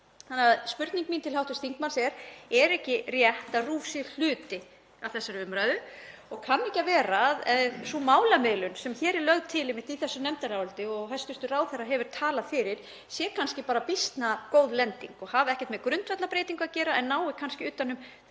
Þannig að spurning mín til hv. þingmanns er: Er ekki rétt að RÚV sé hluti af þessari umræðu og kann ekki að vera að sú málamiðlun, sem er lögð til einmitt í þessu nefndaráliti og hæstv. ráðherra hefur talað fyrir, sé kannski bara býsna góð lending og hafi ekkert með grundvallarbreytingu að gera en nái kannski utan um